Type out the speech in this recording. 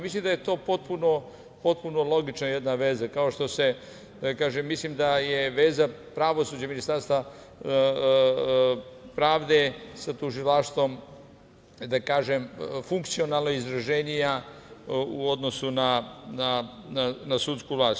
Mislim da je to potpuno logična jedna veza i mislim da je veza pravosuđa i Ministarstva pravde sa tužilaštvom, da kažem, funkcionalno izraženija u odnosu na sudsku vlast.